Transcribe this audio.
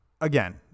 again